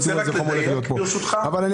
יש